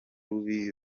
rubi